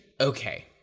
okay